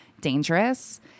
dangerous